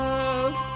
Love